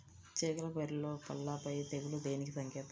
చేగల పైరులో పల్లాపై తెగులు దేనికి సంకేతం?